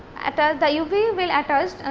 attach the uv will attach.